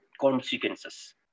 Consequences